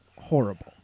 horrible